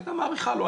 היא הייתה מאריכה לו.